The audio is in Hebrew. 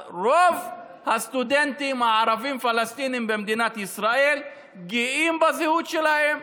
רוב הסטודנטים הערבים-פלסטינים במדינת ישראל גאים בזהות שלהם,